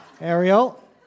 Ariel